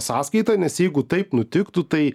sąskaita nes jeigu taip nutiktų tai